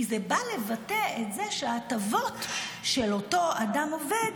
כי זה בא לבטא את זה שההטבות של אותו אדם עובד